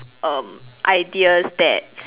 um ideas that